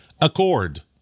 accord